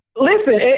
Listen